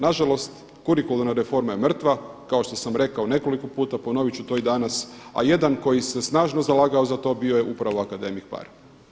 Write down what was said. Nažalost, kurikularna reforma je mrtva, kao što sam rekao nekoliko puta, ponoviti ću to i danas a jedan koji se snažno zalagao za to bio je upravo akademik Paar.